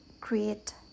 create